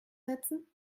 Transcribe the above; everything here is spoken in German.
setzen